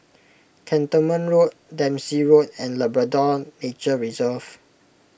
Cantonment Road Dempsey Road and Labrador Nature Reserve